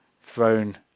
thrown